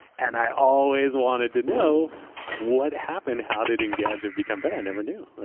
and i always wanted to know what happened. how did engadget become bad? i never knew.